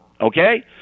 okay